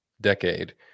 decade –